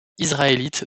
israélite